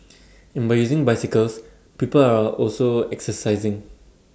and by using bicycles people are also exercising